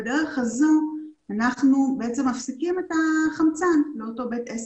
בדרך הזו אנחנו בעצם מפסיקים את החמצן לאותו בית עסק.